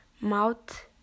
mouth